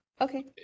Okay